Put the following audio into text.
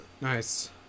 Nice